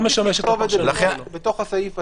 משמשת ל --- זה צריך להיות בתוך הסעיף עצמו,